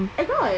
I got